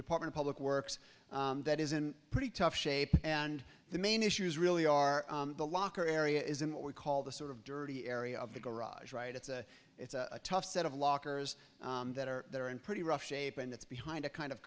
department public works that is in pretty tough shape and the main issues really are the locker area is in what we call the sort of dirty area of the garage right it's a it's a tough set of lockers that are there and pretty rough shape and it's behind a kind of